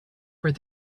where